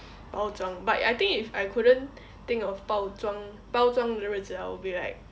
包装 but I think if I couldn't think of 包装包装的日子:bao zhuang bao zhuang ri zi I will be like